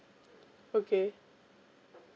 okay